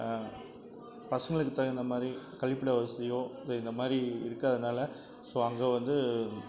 பசங்களுக்கு தகுந்த மாதிரி கழிப்பிட வசதியோ இந்த மாதிரி இருக்காததுனால ஸோ அங்கே வந்து